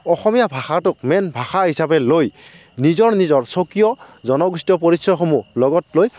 অসমীয়া ভাষাটোক মেইন ভাষা হিচাপে লৈ নিজৰ নিজৰ স্বকীয় জনগোষ্ঠীয় পৰিচয়সমূহ লগত লৈ